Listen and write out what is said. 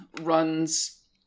runs